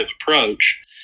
approach